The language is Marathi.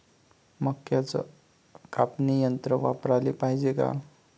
मक्क्याचं कापनी यंत्र वापराले पायजे का?